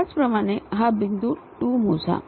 त्याचप्रमाणे हा बिंदू 2 मोजा